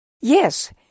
Yes